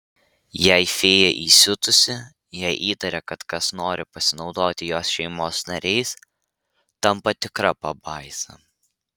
jei fėja įsiutusi jei įtaria kad kas nori pasinaudoti jos šeimos nariais tampa tikra pabaisa